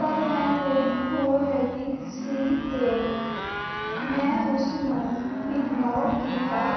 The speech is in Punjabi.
ਪਰ ਮੈਂ ਲੇਟ ਹੋ ਰਹੀ ਸੀ ਅਤੇ ਮੈਂ ਉਸ ਨੂੰ ਇਗਨੋਰ ਕੀਤਾ